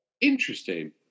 Interesting